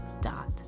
dot